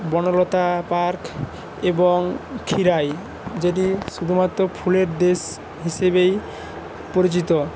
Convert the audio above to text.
Banalata park এবং ক্ষীরাই যদি শুধুমাত্র ফুলের দেশ হিসেবেই পরিচিত